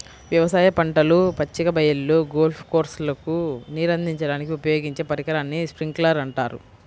వ్యవసాయ పంటలు, పచ్చిక బయళ్ళు, గోల్ఫ్ కోర్స్లకు నీరందించడానికి ఉపయోగించే పరికరాన్ని స్ప్రింక్లర్ అంటారు